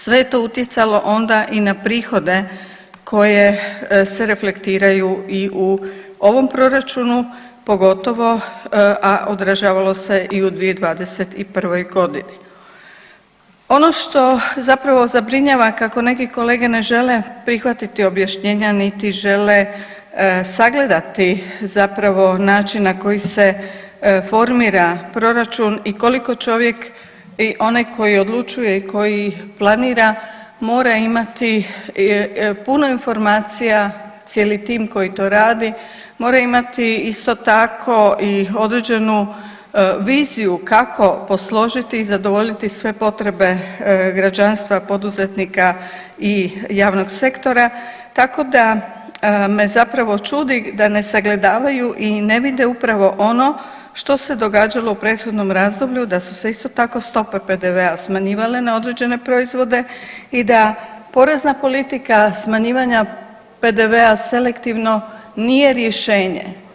Sve je to utjecalo onda i na prihode koje se reflektiraju i u ovom proračunu pogotovo, a odražavalo se i u 2021.g. Ono što zapravo zabrinjava kako neki kolege ne žele prihvatiti objašnjenja niti žele sagledati način na koji se formira proračun i koliko čovjek i onaj koji odlučuje koji planira mora imati puno informacija cijeli tim koji to radi mora imati isto tako i određenu viziju kako posložiti i zadovoljiti sve potrebe građanstva, poduzetnika i javnog sektora, tako da me zapravo čudi da ne sagledavaju i ne vide upravo ono što se događalo u prethodnom razdoblju, da su se isto tako, stope PDV-a smanjivale na određene proizvode i da porezna politika smanjivanja PDV-a selektivno nije rješenje.